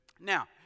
Now